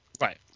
right